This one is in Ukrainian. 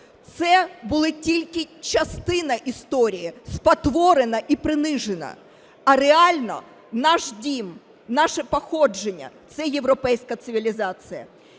це була тільки частина історії, спотворена і принижена. А реально наш дім, наше походження – це європейська цивілізація.